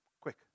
quick